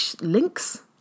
links